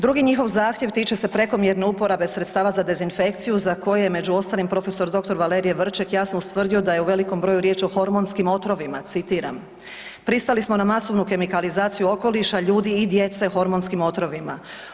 Drugi njihov zahtjev tiče se prekomjerne upotrebe sredstava za dezinfekciju za koje je među ostalim prof.dr. Valerije Vrček jasno ustvrdio da je u velikom broju riječ o hormonskim otrovima, citiram: „Pristali smo na masovnu kemikalizaciju okoliša, ljudi i djece hormonskim otrovima.